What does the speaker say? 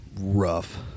rough